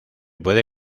puede